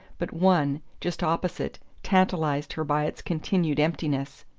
but one, just opposite, tantalized her by its continued emptiness.